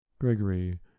Gregory